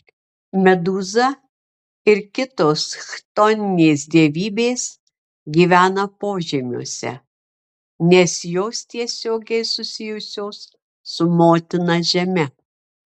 medūza ir kitos chtoninės dievybės gyvena požemiuose nes jos tiesiogiai susijusios su motina žeme